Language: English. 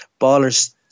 Ballers